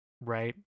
Right